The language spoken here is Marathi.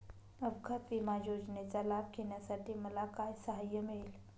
अपघात विमा योजनेचा लाभ घेण्यासाठी मला काय सहाय्य मिळेल?